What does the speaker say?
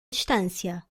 distância